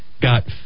got